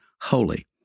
holy